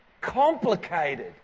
complicated